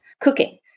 cooking